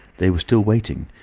they were still waiting,